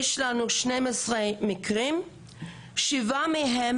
יש לנו שנים עשר מקרים, שבעה מהם